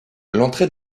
l’entrée